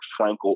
Frankel